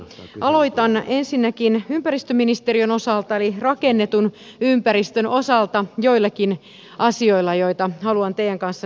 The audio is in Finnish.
aloitan ensinnäkin ympäristöministeriön osalta eli rakennetun ympäristön osalta joillakin asioilla joita haluan teidän kanssanne jakaa